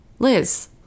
Liz